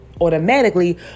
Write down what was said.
automatically